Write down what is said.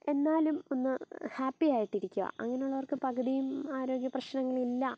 എന്നാലും ഒന്ന് ഹാപ്പി ആയിട്ട് ഇരിക്കുക അങ്ങനെയുള്ളവർക്ക് പകുതിയും ആരോഗ്യ പ്രശ്നങ്ങളില്ല